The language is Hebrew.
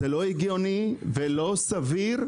זה לא הגיוני ולא סביר,